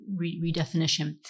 redefinition